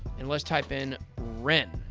and let's type in ren.